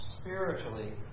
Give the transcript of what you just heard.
spiritually